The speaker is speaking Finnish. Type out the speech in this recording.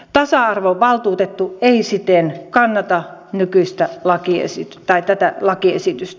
tasa arvovaltuutettu ei siten kannata tätä lakiesitystä